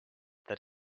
that